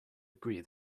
agree